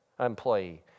employee